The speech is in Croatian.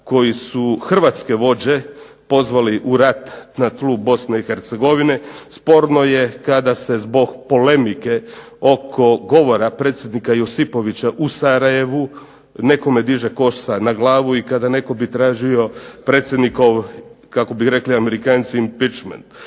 koji su hrvatske vođe pozvali u rat na tlu Bosne i Hercegovine, sporno je kada se zbog polemike oko govora predsjednika Josipovića u Sarajevu nekome diže kosa na glavi i kada bi netko tražio predsjednikov kako bi rekli amerikanci impeachment.